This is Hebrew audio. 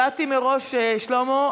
אני הודעתי מראש, שלמה.